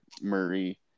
Murray